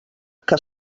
que